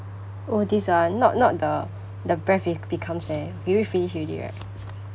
oh this one not not the the breath becomes air you already finish already right